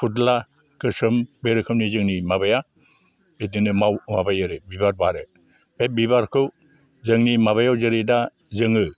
फुदला गोसोम बे रोखोमनि जोंनि माबाया बिदिनो माबायो आरो बिबार बारो बे बिबारखौ जोंनि माबायाव जेरै दा जोङो